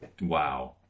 Wow